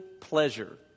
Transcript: pleasure